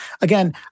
again